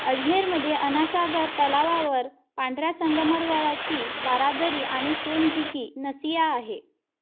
अजमेरमध्ये अनासागर तलावावर पांढऱ्या संगमरवराची बारादरी आणि सोनजीकी नसिया आहे